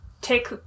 take